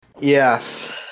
Yes